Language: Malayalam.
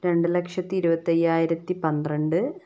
രണ്ടുലക്ഷത്തി ഇരുപത്തയ്യായിരത്തി പന്ത്രണ്ട്